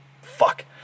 Fuck